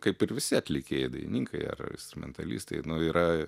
kaip ir visi atlikėjai dainininkai ar mentalistai yra